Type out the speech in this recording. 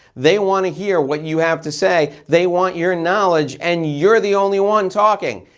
they wanna hear what you have to say. they want your knowledge and you're the only one talking.